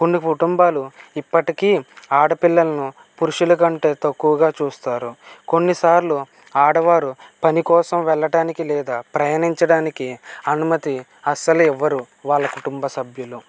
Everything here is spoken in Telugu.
కొన్ని కుటుంబాలు ఇప్పటికీ ఆడపిల్లలను పురుషులకంటే తక్కువగా చూస్తారు కొన్నిసార్లు ఆడవారు పని కోసం వెళ్ళుడానికి లేదా ప్రయాణించడానికి అనుమతి అస్సలు ఇవ్వరు వాళ్ళ కుటుంబ సభ్యులు